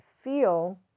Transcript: feel